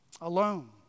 alone